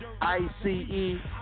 I-C-E